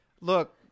Look